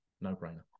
no-brainer